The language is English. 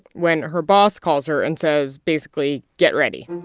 when her boss calls her and says, basically, get ready